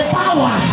power